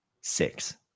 Six